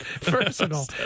personal